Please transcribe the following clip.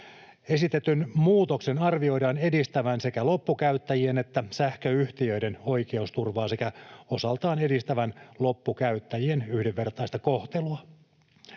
Esitetyn muutoksen arvioidaan edistävän sekä loppukäyttäjien että sähköyhtiöiden oikeusturvaa sekä osaltaan edistävän loppukäyttäjien yhdenvertaista kohtelua.